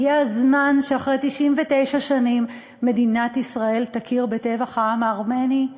הגיע הזמן שאחרי 99 שנים מדינת ישראל תכיר בטבח העם הארמני.